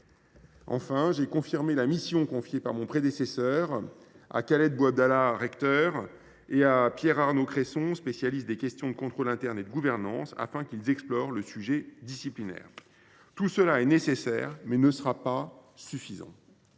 Enfin, j’ai confirmé la mission confiée par mon prédécesseur au recteur Khaled Bouabdallah et à Pierre Arnaud Cresson, spécialiste des questions de contrôle interne et de gouvernance, afin d’explorer le sujet disciplinaire. Tous ces efforts sont nécessaires, mais ils ne seront pas suffisants.